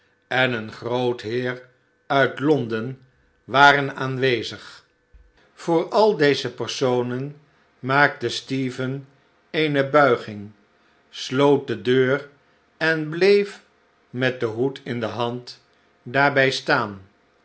en een groot heer uit l o nd e n waren aanwezig voor al deze personen maakte stephen eene buiging sloot de deur en bleef met den hoed in de hand daarbij staan